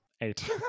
Eight